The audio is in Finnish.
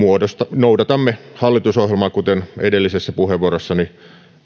noudatamme hallitusohjelmaa kuten edellisessä puheenvuorossani